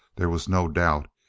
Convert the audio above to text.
there was no doubt,